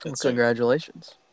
Congratulations